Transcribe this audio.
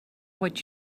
what